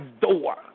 door